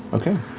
okay,